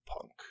Punk